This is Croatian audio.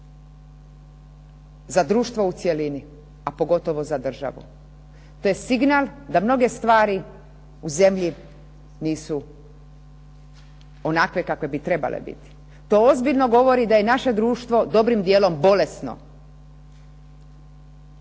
za društvo u cjelini a posebno za državu. To je signal da mnoge stvari u zemlji nisu onakve kakve bi trebale biti. To dovoljno govori da je naše društvo dobrim dijelom bolesno.